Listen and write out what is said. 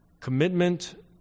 Commitment